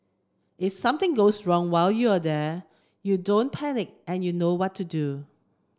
if something goes wrong while you're there you don't panic and you know what to do